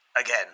again